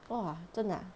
!wah! 真的啊